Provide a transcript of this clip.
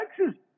Texas